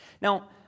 Now